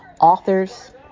Authors